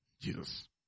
Jesus